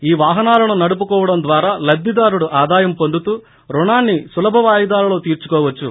ఈ వాహనాలను నడుపుకోవడం ద్వారా లబ్లిదారుడు ఆదాయం పొందుతూ రుణాన్ని సులభ వాయిదాలలో తీర్చుకోవచ్చు